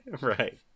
Right